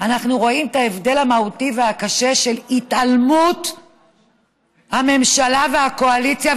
אנחנו רואים את ההבדל המהותי והקשה של התעלמות הממשלה והקואליציה,